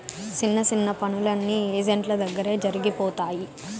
సిన్న సిన్న పనులన్నీ ఏజెంట్ల దగ్గరే జరిగిపోతాయి